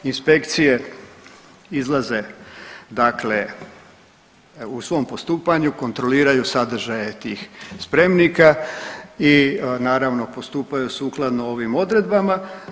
Inspekcije izlaze, dakle u svom postupanju, kontroliraju sadržaje tih spremnika i naravno postupaju sukladno ovim odredbama.